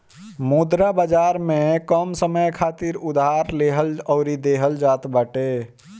मुद्रा बाजार में कम समय खातिर उधार लेहल अउरी देहल जात बाटे